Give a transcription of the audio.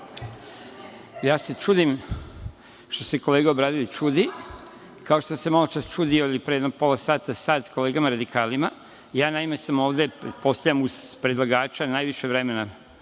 se čudim što se kolega Obradović čudi, kao što se maločas čudio ili pre jedno pola sata-sat kolegama radikalima. Ja sam ovde pretpostavljam uz predlagača najviše vremena